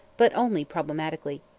but only problematically.